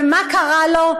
ומה קרה לו?